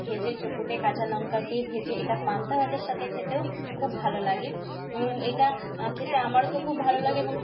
ভেজে চো কুটে কাঁচা লঙ্কা দিয়ে ভেজে এটা পান্তা ভাতের সাথে খেতেও খুব ভালো লাগে এটা খেতে আমারও তো খুব ভালো লাগে এবং